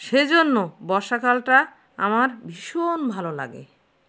সেই জন্য বর্ষাকালটা আমার ভীষণ ভালো লাগে